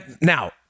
now